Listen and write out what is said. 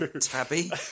Tabby